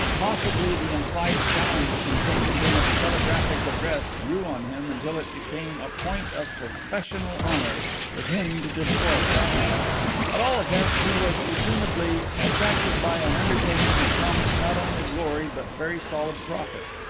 possibly the implied challenge contained in its telegraphic address grew on him until it became a point of professional honour with him to despoil it at all events he was presumedly attracted by an undertaking that promised not only glory but very solid profit.